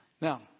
Now